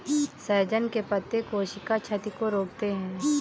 सहजन के पत्ते कोशिका क्षति को रोकते हैं